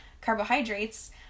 carbohydrates